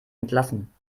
entlassen